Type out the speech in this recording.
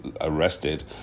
arrested